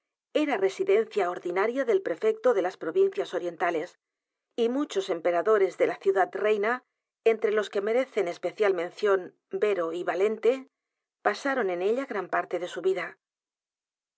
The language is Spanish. era residencia ordinaria del prefecto de las provincias orientales y muchos emperadores de la ciudad reina entre los que merecen especial mención vero y valente pasaron en ella gran parte de su vida